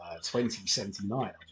2079